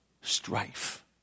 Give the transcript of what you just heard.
strife